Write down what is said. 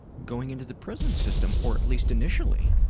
going into the prison system. or at least initially.